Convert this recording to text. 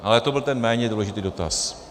Ale to byl ten méně důležitý dotaz.